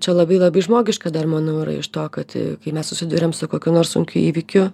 čia labai labai žmogiška dar manau yra iš to kad kai mes susiduriam su kokiu nors sunkiu įvykiu